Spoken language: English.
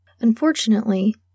Unfortunately